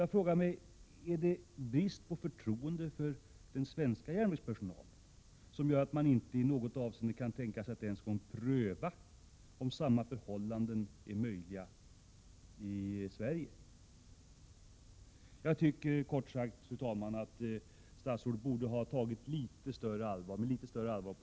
Jag frågar mig: Är det brist på förtroende för den svenska järnvägspersonalen som gör att man inte kan tänka sig att ens pröva om samma förhållanden är möjliga i Sverige? Fru talman! Jag tycker att statsrådet borde ha tagit denna fråga litet mer på allvar.